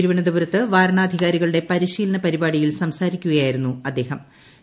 തിരുവനന്തപുരത്ത് ്വരണാധികാരികളുട്ട പരിശീലന പരിപാടിയിൽ സംസാരിക്കുകയായിരുന്നു അദ്ദേഹും